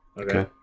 Okay